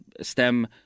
stem